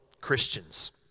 Christians